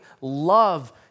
love